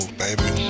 baby